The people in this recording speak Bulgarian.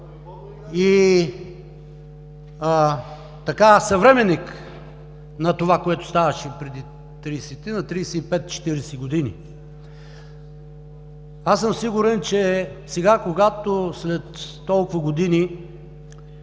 и съвременник на това, което ставаше преди 30-35-40 години. Аз съм сигурен, че сега, когато след толкова години